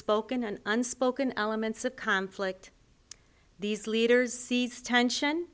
spoken and unspoken elements of conflict these leaders seize tension